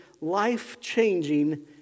life-changing